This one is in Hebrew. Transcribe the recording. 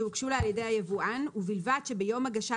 שהוגשו לה על ידי היבואן ובלבד שביום הגשת